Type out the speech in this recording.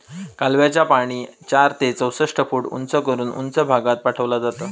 कालव्याचा पाणी चार ते चौसष्ट फूट उंच करून उंच भागात पाठवला जाता